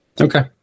Okay